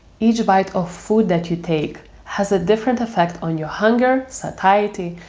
each bite of food that you take, has a different effect on your hunger, satiety,